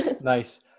nice